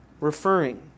referring